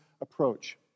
approach